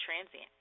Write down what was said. transient